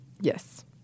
Yes